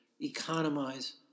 economize